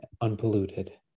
unpolluted